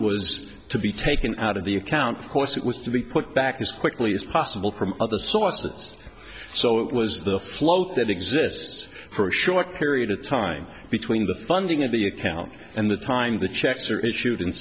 was to be taken out of the account of course it was to be put back as quickly as possible from other sources so it was the float that exists for a short period of time between the funding of the account and that's time the checks are issued